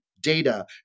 data